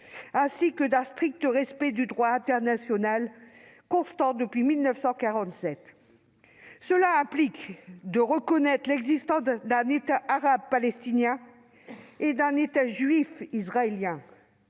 ainsi que d'un strict respect du droit international, constant depuis 1947. Cela implique de reconnaître l'existence d'un État arabe palestinien et d'un État juif israélien,